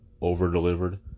over-delivered